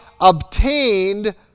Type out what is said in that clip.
obtained